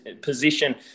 position